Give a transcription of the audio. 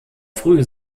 früh